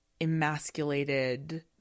emasculated